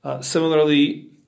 Similarly